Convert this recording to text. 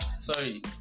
sorry